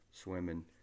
swimming